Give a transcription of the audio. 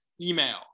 email